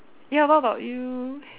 ya what about you